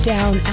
down